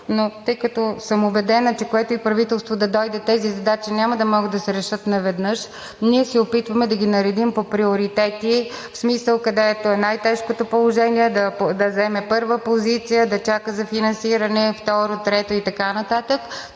но тъй като съм убедена, че което и правителство да дойде, тези задачи няма да могат да се решат наведнъж, ние се опитваме да ги наредим по приоритети – в смисъл, където е най-тежкото положение, да заеме първа позиция, да чака за финансиране – второ, трето и така нататък.